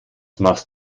machst